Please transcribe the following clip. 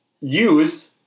use